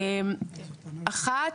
אחת,